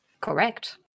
Correct